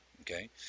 Okay